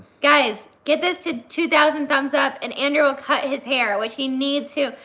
guys, get this to two thousand thumbs up and andrew will cut his hair, which he needs to.